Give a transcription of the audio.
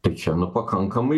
tai čia nu pakankamai